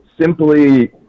simply